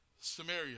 Samaria